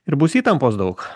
ir bus įtampos daug